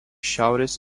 šiaurės